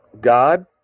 God